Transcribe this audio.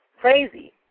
crazy